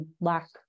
lack